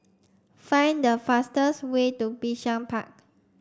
find the fastest way to Bishan Park